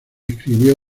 escribió